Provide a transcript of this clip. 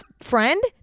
friend